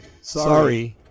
Sorry